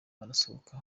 asohoka